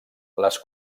les